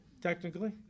technically